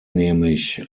nämlich